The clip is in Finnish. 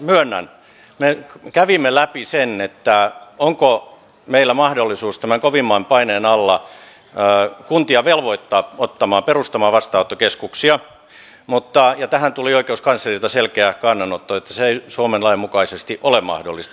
myönnän me kävimme läpi sen onko meillä mahdollisuus tämän kovimman paineen alla kuntia velvoittaa perustamaan vastaanottokeskuksia ja tähän tuli oikeuskanslerilta selkeä kannanotto että se ei suomen lain mukaisesti ole mahdollista